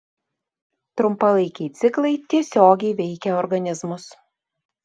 trumpalaikiai ciklai tiesiogiai veikia organizmus